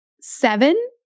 seven